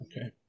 okay